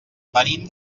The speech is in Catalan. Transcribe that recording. venim